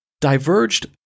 diverged